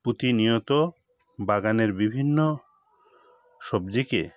প্রতিনিয়ত বাগানের বিভিন্ন সবজিকে